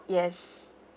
yes